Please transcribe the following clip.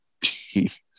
Peace